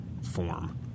Form